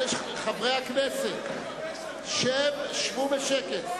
חברי הכנסת, שבו בשקט.